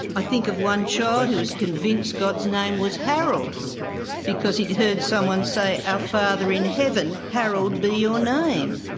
i think of one child who was convinced god's name was harold because he'd heard someone say our father in heaven, harold be your name'.